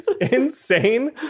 insane